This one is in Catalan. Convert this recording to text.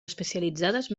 especialitzades